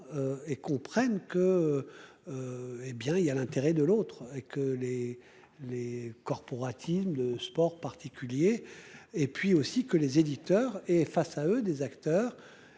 Et comprennent que. Eh bien il y a l'intérêt de l'autre et que les les corporatismes de sport particulier et puis aussi que les éditeurs et face à eux des acteurs